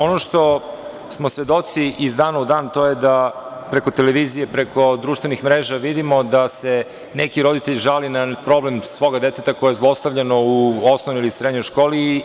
Ono što smo svedoci iz dana u dan, to je da preko televizije, preko društvenih mreža vidimo da se neki roditelj žali na problem svog deteta koje je zlostavljano u osnovnoj ili srednjoj školi.